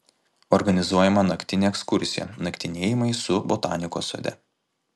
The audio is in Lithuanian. organizuojama naktinė ekskursija naktinėjimai su botanikos sode